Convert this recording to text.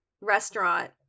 restaurant